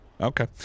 Okay